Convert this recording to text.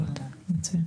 זהו.